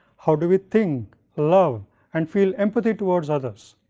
how do we think love and feel empathy towards others?